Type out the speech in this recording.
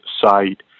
site